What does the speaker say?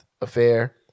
affair